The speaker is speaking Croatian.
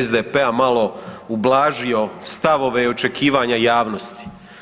SDP-a malo ublažio stavove i očekivanja javnosti.